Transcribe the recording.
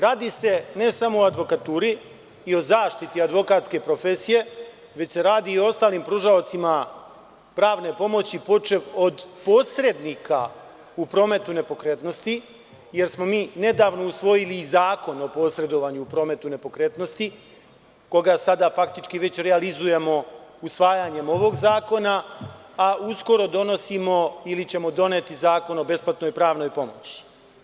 Radi se ne samo o advokaturi i o zaštiti advokatske profesije, već se radi i o ostalim pružaocima pravne pomoći, počev od posrednika u prometu nepokretnosti, jer smo mi nedavno usvojili i Zakon o posredovanju u prometu nepokretnosti koga sada faktički realizujemo usvajanjem ovog zakona, a uskoro donosimo ili ćemo doneti zakon o besplatnoj pravnoj pomoći.